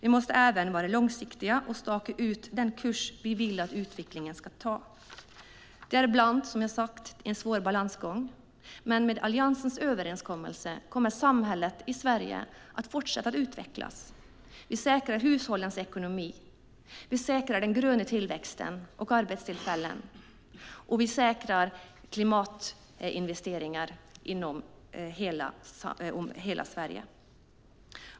Vi måste även vara långsiktiga och staka ut den kurs vi vill att utvecklingen ska ta. Det är ibland, som jag har sagt, en svår balansgång. Men med Alliansens överenskommelse kommer samhället i Sverige att fortsätta utvecklas. Vi säkrar hushållens ekonomi. Vi säkrar den gröna tillväxten och arbetstillfällen, och vi säkrar klimatinvesteringar i hela Sverige.